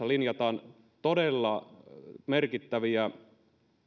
linjataan todella merkittäviä